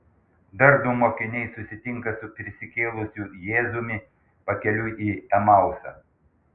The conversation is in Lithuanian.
dar du mokiniai susitinka su prisikėlusiu jėzumi pakeliui į emausą